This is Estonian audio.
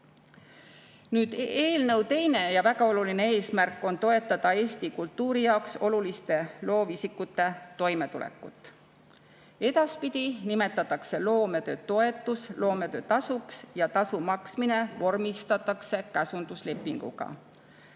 Eelnõu teine ja väga oluline eesmärk on toetada eesti kultuuri jaoks oluliste loovisikute toimetulekut. Edaspidi nimetatakse loometöötoetus loometöötasuks ja tasu maksmine vormistatakse käsunduslepinguga.